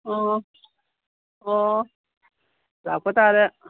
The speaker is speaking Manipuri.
ꯑꯥ ꯑꯣ ꯂꯥꯛꯄꯇꯥꯔꯦ